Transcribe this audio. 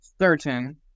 certain